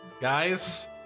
Guys